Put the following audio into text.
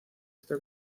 está